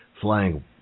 flying